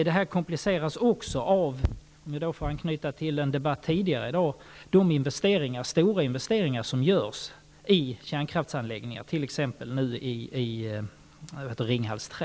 Det här kompliceras också av -- om jag får anknyta till en debatt tidigare i dag -- de stora investeringar som görs i kärnkraftsanläggningar, t.ex. nu i Ringhals 3.